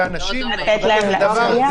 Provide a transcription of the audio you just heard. לתת להם לצאת להצביע?